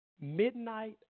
midnight